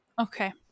okay